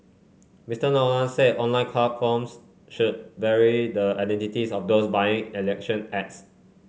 Mister Nolan said online platforms should very the identities of those buying election ads